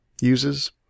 uses